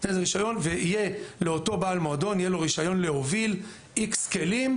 ניתן לזה רישיון ולאותו בעל מועדון יהיה רישיון להוביל X כלים.